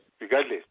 Regardless